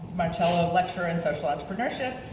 marcelo lecturer in social entrepreneurship,